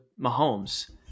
Mahomes